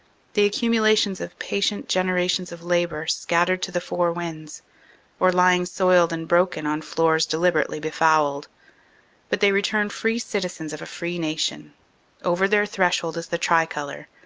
the accumu lations of patient generations of labor scattered to the four winds or lying soiled and broken on floors deliberately be fouled but they return free citizens of a free nation over their threshold is the tricolor,